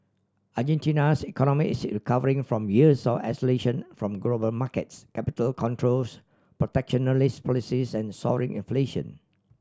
Argentina's economy is recovering from years of isolation from global markets capital controls protectionist policies and soaring inflation